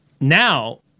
now